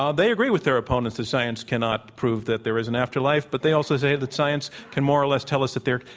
um they agree with their opponents that science cannot prove that there is an afterlife. but they also say that science can more or less tell us that there